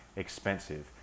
expensive